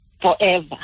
forever